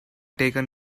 taken